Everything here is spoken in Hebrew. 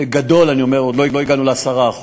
בגדול, אני אומר, עוד לא הגענו ל-10%